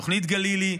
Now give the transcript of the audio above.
תוכנית גלילי,